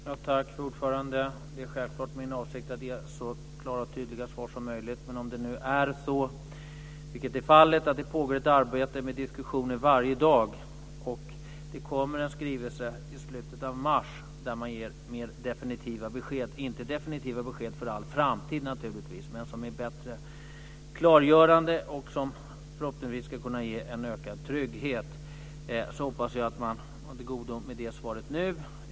Fru talman! Det är självfallet min avsikt att ge så klara och tydliga svar som möjligt. Men nu är det faktiskt så att det pågår ett arbete med diskussioner varje dag, och det kommer en skrivelse i slutet av mars där man ger mer definitiva besked - inte definitiva besked för all framtid naturligtvis, men bättre klargöranden och förhoppningsvis också en ökad trygghet. Därför hoppas jag att man håller till godo med det svaret nu.